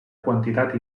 quantitat